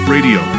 radio